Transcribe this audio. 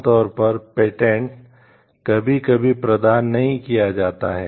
आमतौर पर पेटेंट संरक्षित नहीं होता है